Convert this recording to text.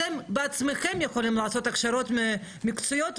אתם בעצמכם יכולים לעשות הכשרות מקצועיות,